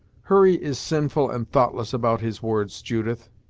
hurry is sinful and thoughtless about his words, judith,